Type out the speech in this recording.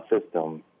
system